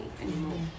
anymore